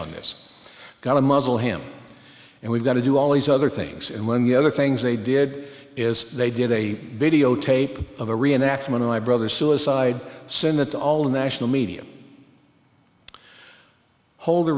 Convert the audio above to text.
on this got to muzzle him and we've got to do all these other things and one the other things they did is they did a videotape of a reenactment of my brother suicide send it to all the national media hold